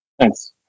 Thanks